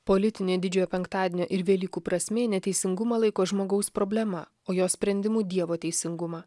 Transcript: politinė didžiojo penktadienio ir velykų prasmė neteisingumą laiko žmogaus problema o jos sprendimu dievo teisingumą